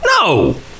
No